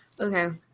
Okay